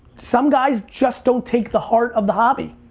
some guys just don't take the heart of the hobby,